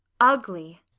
UGLY